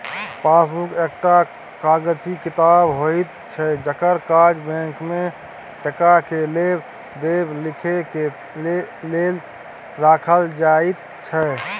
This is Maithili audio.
पासबुक एकटा कागजी किताब होइत छै जकर काज बैंक में टका के लेब देब लिखे के लेल राखल जाइत छै